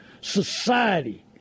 society